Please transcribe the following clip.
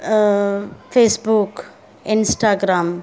Facebook Instagram